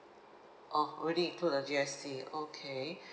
oh already include the G_S_T okay